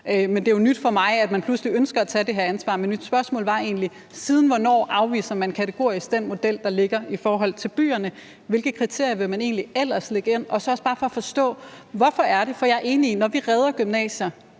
Men det er jo nyt for mig, at man pludselig ønsker at tage det her ansvar. Men mit spørgsmål var egentlig: Siden hvornår har man kategorisk afvist den model, der ligger i forhold til byerne? Hvilke kriterier vil man egentlig ellers lægge ind? Og så er det også bare for at forstå – for jeg er enig i, at når vi redder gymnasier